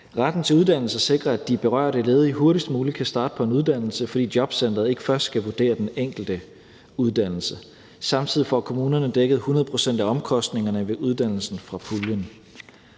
Retten til uddannelse sikrer, at de berørte ledige hurtigst muligt kan starte på en uddannelse, fordi jobcenteret ikke først skal vurdere den enkelte uddannelse. Samtidig får kommunerne dækket 100 pct. af omkostningerne ved uddannelsen fra puljen.